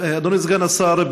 אדוני סגן השר,